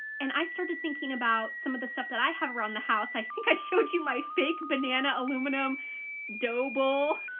and i started thinking about some of the stuff that i have around the house. i think i showed you my fake banana aluminum dough bowl,